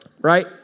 right